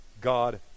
God